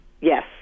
Yes